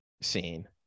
scene